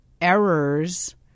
errors